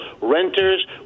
renters